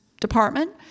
department